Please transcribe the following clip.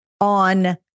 on